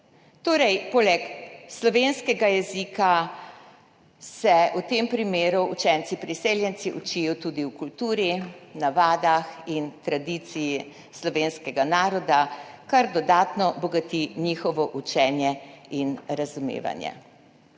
Poleg slovenskega jezika se v tem primeru torej učenci priseljenci učijo tudi o kulturi, navadah in tradiciji slovenskega naroda, kar dodatno bogati njihovo učenje in razumevanje.